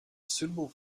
suitable